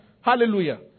Hallelujah